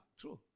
true